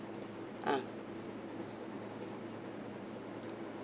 ah